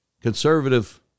conservative